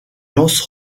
lance